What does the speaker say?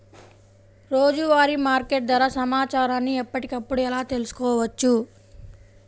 రోజువారీ మార్కెట్ ధర సమాచారాన్ని ఎప్పటికప్పుడు ఎలా తెలుసుకోవచ్చు?